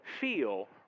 feel